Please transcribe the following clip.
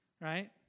Right